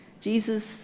Jesus